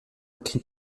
qui